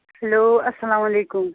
hello اَسلامُ علیکُم